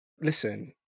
listen